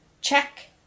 Check